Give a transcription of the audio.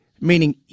meaning